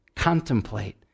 Contemplate